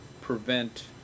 prevent